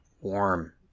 warm